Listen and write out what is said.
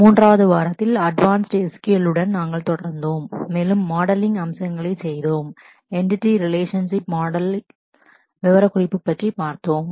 3 வது வாரத்தில் advanced SQL உடன் நாங்கள் தொடர்ந்தோம் மேலும் மாடலிங் அம்சங்களை செய்தோம் என்டிட்டி ரிலேஷன்ஷிப் மாடல் விவரக்குறிப்பு பற்றி பார்த்தோம்